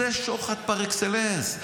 זה שוחד פר אקסלנס.